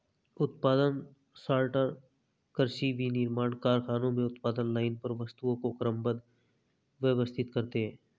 उत्पादन सॉर्टर कृषि, विनिर्माण कारखानों में उत्पादन लाइन पर वस्तुओं को क्रमबद्ध, व्यवस्थित करते हैं